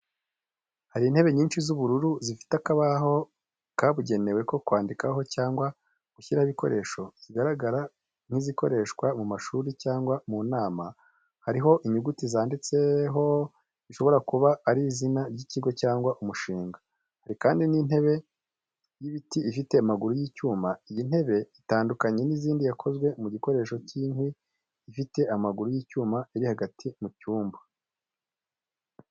Hari intebe nyinshi z’ubururu zifite akabaho kabugenewe ko kwandikaho cyangwa gushyiraho ibikoresho. Zigaragara nk’izikoreshwa mu mashuri cyangwa mu nama, hariho inyuguti zanditseho bishobora kuba ari izina ry’ikigo cyangwa umushinga. Hari kandi intebe y’ibiti ifite amaguru y’icyuma, iyi ni intebe itandukanye n’izindi yakozwe mu gikoresho cy’inkwi ifite amaguru y’icyuma iri hagati mu cyumba.